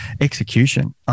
execution